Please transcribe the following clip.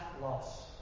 loss